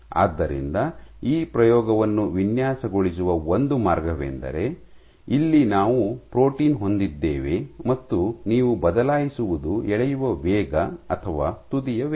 ಆದ್ದರಿಂದ ಆ ಪ್ರಯೋಗವನ್ನು ವಿನ್ಯಾಸಗೊಳಿಸುವ ಒಂದು ಮಾರ್ಗವೆಂದರೆ ಇಲ್ಲಿ ನಾವು ಪ್ರೋಟೀನ್ ಹೊಂದಿದ್ದೇವೆ ಮತ್ತು ನೀವು ಬದಲಾಯಿಸುವದು ಎಳೆಯುವ ವೇಗ ಅಥವಾ ತುದಿಯ ವೇಗ